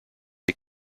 des